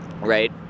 right